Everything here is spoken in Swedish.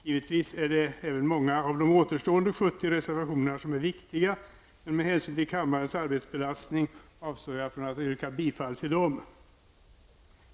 Givetvis är även många av de återstående 70 reservationerna som är viktiga, men med hänsyn till kammarens arbetsbelastning avstår jag från att yrka bifall till dem.